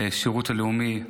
לשירות הלאומי.